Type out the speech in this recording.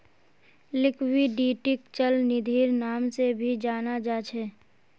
लिक्विडिटीक चल निधिर नाम से भी जाना जा छे